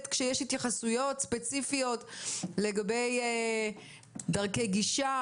כשיש התייחסויות ספציפיות לגבי דרכי גישה,